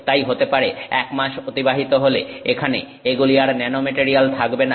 তাই হতে পারে এক মাস অতিবাহিত হলে এখানে এগুলি আর ন্যানোমেটারিয়াল থাকবে না